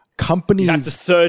Companies